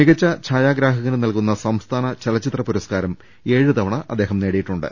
മികച്ച ഛായാഗ്രാ ഹകന് നൽകുന്ന സംസ്ഥാന ചലച്ചിത്ര പുരസ്കാരം ഏഴുതവണ അദ്ദേഹം നേടിയിട്ടുണ്ട്